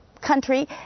country